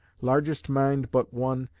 largest mind but one,